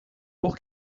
por